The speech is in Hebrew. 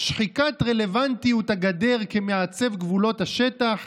שחיקת רלוונטיות הגדר כמעצב גבולות השטח,